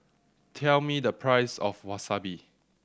tell me the price of Wasabi